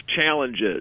challenges